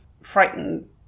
frightened